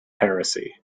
heresy